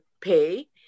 pay